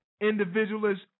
individualist